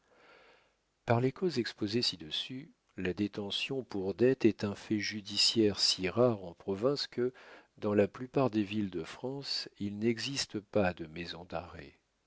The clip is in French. par les causes exposées ci-dessus la détention pour dettes est un fait judiciaire si rare en province que dans la plupart des villes de france il n'existe pas de maison